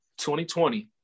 2020